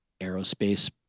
aerospace